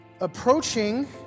approaching